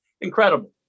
incredible